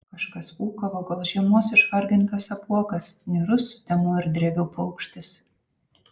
kažkas ūkavo gal žiemos išvargintas apuokas niūrus sutemų ir drevių paukštis